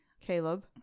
Caleb